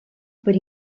per